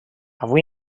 avui